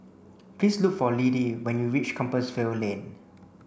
please look for Liddie when you reach Compassvale Lane